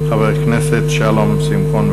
חבר הכנסת שלום שמחון,